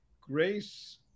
Grace